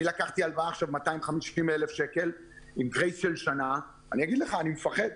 אני לקחתי הלוואה של 250,000 שקלים עם גרייס של שנה ואני מפחד,